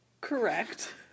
Correct